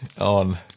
on